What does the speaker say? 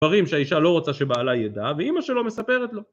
דברים שהאישה לא רוצה שבעלה ידע ואמא שלו מספרת לו